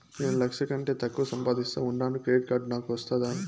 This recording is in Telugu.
నేను లక్ష కంటే తక్కువ సంపాదిస్తా ఉండాను క్రెడిట్ కార్డు నాకు వస్తాదా